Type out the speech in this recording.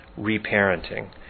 reparenting